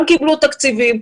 גם קיבלו תקציבים,